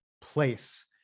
place